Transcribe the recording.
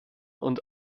und